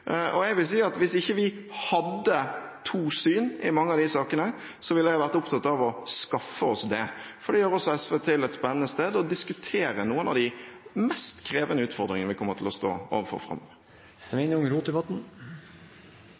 ville jeg vært opptatt av å skaffe oss det, for det gjør også SV til et spennende sted å diskutere noen av de mest krevende utfordringene vi kommer til å stå overfor framover.